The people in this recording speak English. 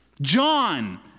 John